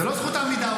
זאת לא זכות עמידה.